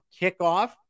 kickoff